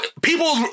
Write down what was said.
people